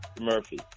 Murphy